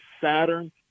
Saturn